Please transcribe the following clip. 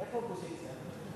איפה האופוזיציה?